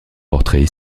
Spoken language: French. portraits